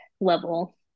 level